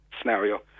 scenario